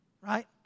Right